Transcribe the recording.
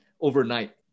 overnight